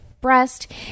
breast